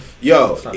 Yo